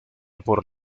por